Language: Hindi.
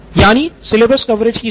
यानि सिलेबस कवरेज की सीमा